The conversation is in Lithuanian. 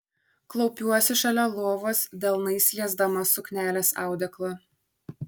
klaupiuosi šalia lovos delnais liesdama suknelės audeklą